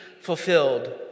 fulfilled